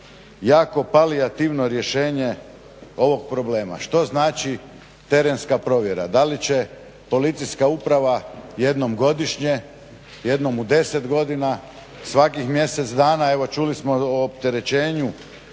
jako palijativno rješenje ovog problema. Što znači terenska provjera? Da li će policijska uprava jednom godišnje, jednom u 10 godina. Svakih mjesec dana evo čuli smo o opterećenju